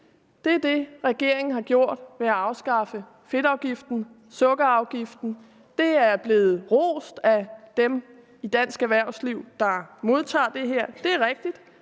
Det er det, regeringen har gjort ved at afskaffe fedtafgiften og sukkerafgiften. Det er blevet rost af dem i dansk erhvervsliv, der modtager det her. Det er rigtigt,